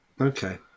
Okay